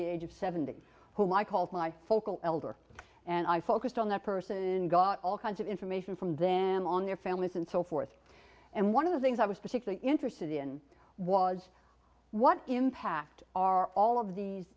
the age of seventy whom i called my focal elder and i focused on that person got all kinds of information from them on their families and so forth and one of the things i was particularly interested in was what impact are all of these